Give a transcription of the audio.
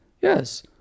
Yes